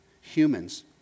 humans